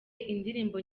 indirimbo